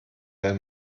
der